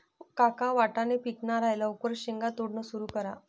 काका वाटाणे पिकणार आहे लवकर शेंगा तोडणं सुरू करा